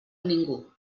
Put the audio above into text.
ningú